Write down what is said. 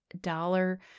dollar